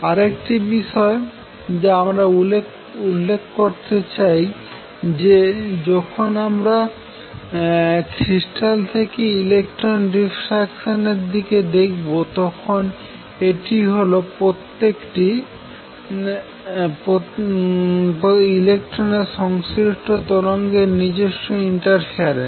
আরেকটি বিষয় যা আমরা উল্লেখ করতে চাই যে যখন আমরা একটি ক্রিস্টাল থেকে ইলেকট্রন ডিফ্রাকশান এর দিকে দেখব তখন এটি হল প্রত্যেকটি ইলেকট্রনের সংশ্লিষ্ট তরঙ্গের নিজস্ব ইন্টারফেরেন্স